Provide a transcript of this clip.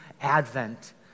Advent